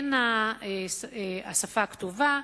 הן השפה הכתובה,